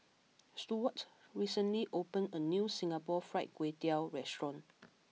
Stewart recently opened a new Singapore Fried Kway Tiao restaurant